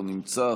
לא נמצא,